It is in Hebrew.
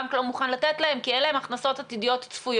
והבנק לא מוכן לתת להם כי אין להם הכנסות עתידיות צפויות.